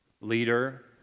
leader